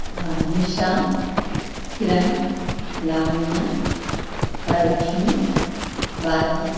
Nisha Kiran Lavanya Varalakshmi Bharati